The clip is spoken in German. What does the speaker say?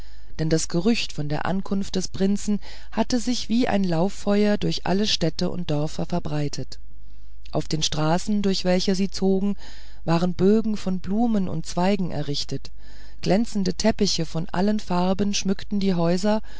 denn das gerücht von der ankunft des prinzen hatte sich wie ein lauffeuer durch alle städte und dörfer verbreitet auf den straßen durch welche sie zogen waren bögen von blumen und zweigen errichtet glänzende teppiche von allen farben schmückten die häuser